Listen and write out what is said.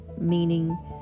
meaning